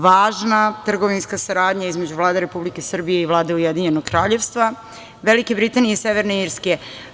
Važna trgovinska saradnja između Vlade Republike Srbije i Vlade Ujedinjenog Kraljevstva, Velike Britanije i Severne Irske.